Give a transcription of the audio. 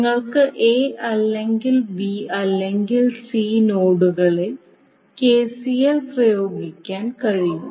നിങ്ങൾക്ക് എ അല്ലെങ്കിൽ ബി അല്ലെങ്കിൽ സി നോഡുകളിൽ കെസിഎൽ പ്രയോഗിക്കാൻ കഴിയും